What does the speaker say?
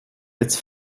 its